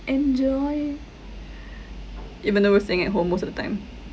enjoy even though we're staying at home most of the time